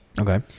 Okay